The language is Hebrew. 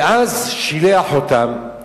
ואז שילח אותם.